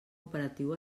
operatiu